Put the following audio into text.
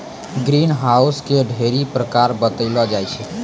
green house के ढ़ेरी प्रकार बतैलो जाय छै